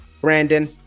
Brandon